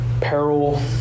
peril